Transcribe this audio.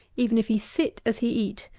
even if he sit as he eat,